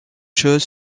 choses